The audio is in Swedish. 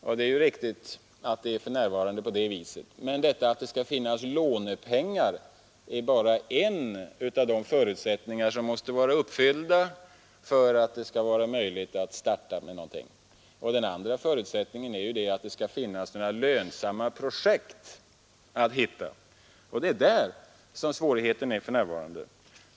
Ja, det är riktigt att det för närvarande finns mycket pengar i bankerna, men att det finns lånepengar är bara en av de förutsättningar som måste vara uppfyllda för att det skall vara möjligt att starta en verksamhet. Den andra förutsättningen är att det finns lönsamma projekt, och det är där svårigheterna ligger för närvarande.